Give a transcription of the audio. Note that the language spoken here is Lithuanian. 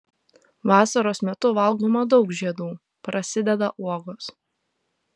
vasaros metu valgoma daug žiedų prasideda uogos